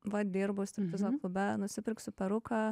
va dirbu striptizo klube nusipirksiu peruką